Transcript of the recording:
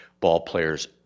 ballplayers